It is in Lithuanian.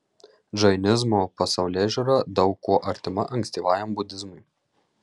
džainizmo pasaulėžiūra daug kuo artima ankstyvajam budizmui